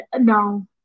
no